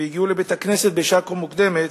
והגיעו לבית-הכנסת בשעה כה מוקדמת,